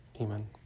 Amen